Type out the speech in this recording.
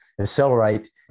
accelerate